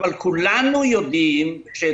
אבל כולנו יודעים את